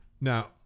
now